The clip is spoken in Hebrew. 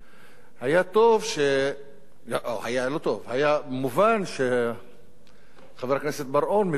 היה מובן שחבר הכנסת בר-און מביא את הצעת החוק